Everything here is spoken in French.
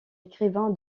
écrivain